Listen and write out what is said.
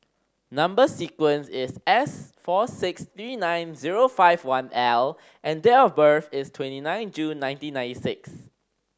number sequence is S four six three nine zero five one L and date of birth is twenty nine June nineteen ninety six